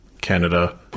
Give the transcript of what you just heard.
Canada